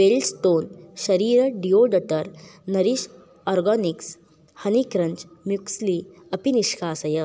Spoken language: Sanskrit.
वेल्ड् स्टोन् शरीरं deodorant nourish organics honey crunch muesli अपि निष्कासय